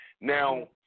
Now